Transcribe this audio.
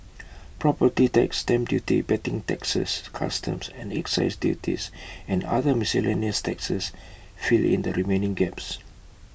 property tax stamp duty betting taxes customs and excise duties and other miscellaneous taxes fill in the remaining gaps